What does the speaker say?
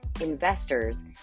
investors